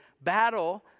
battle